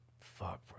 Fuck